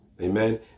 Amen